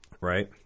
right